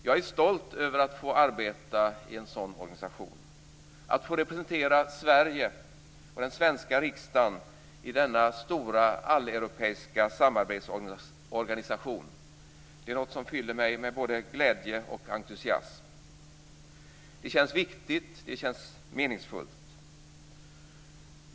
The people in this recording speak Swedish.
Jag är stolt över att få arbeta i en sådan organisation och över att få representera Sverige och den svenska riksdagen i denna stora alleuropeiska samarbetsorganisation. Det är något som fyller mig med både glädje och entusiasm. Det känns viktigt. Det känns meningsfullt.